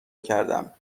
کردم